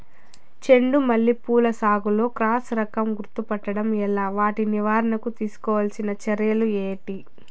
చెండు మల్లి పూల సాగులో క్రాస్ రకం గుర్తుపట్టడం ఎలా? వాటి నివారణకు తీసుకోవాల్సిన చర్యలు ఏంటి?